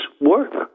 work